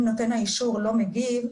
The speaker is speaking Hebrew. אם נותן האישור לא מגיב,